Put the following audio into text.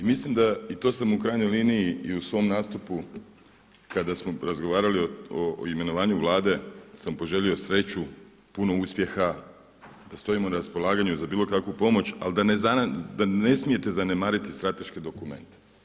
I mislim da, i to sam u krajnjoj liniji i u svom nastupu kada smo razgovarali o imenovanju Vlade, sam poželio sreću, puno uspjeha, da stojimo na raspolaganju za bilo kakvu pomoć, ali da ne smijete zanemariti strateške dokumente.